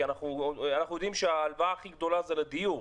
כי אנחנו יודעים שההלוואה הכי גדולה היא לדיור,